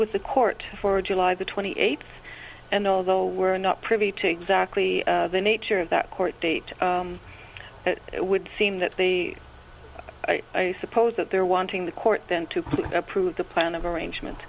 with the court for july the twenty eighth and although we're not privy to exactly the nature of that court date it would seem that the i suppose that they're wanting the court then to approve the plan of arrangement